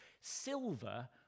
silver